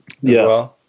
Yes